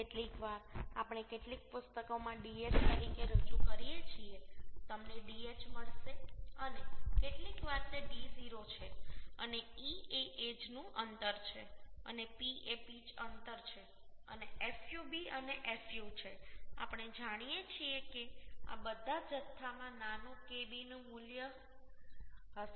કેટલીકવાર આપણે કેટલીક પુસ્તકોમાં dh તરીકે રજૂ કરીએ છીએ તમને dh મળશે અને કેટલીકવાર તે d0 છે અને e એ એજનું અંતર છે અને p એ પિચ અંતર છે અને fub અને fu છે આપણે જાણીએ છીએ કે આ બધા જથ્થામાં નાનું Kb નું મૂલ્ય હશે